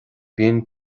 bíonn